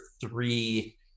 three